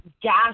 gas